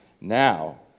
Now